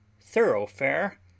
Thoroughfare